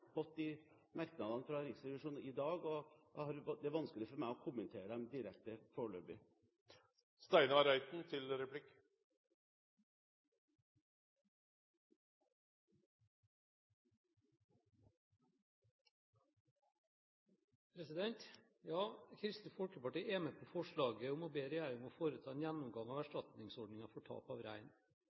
de merknadene fra Riksrevisjonen i dag, og det er vanskelig for meg å kommentere dem direkte foreløpig. Kristelig Folkeparti er med på forslaget om å be regjeringen foreta en gjennomgang av erstatningsordningen for tap av rein.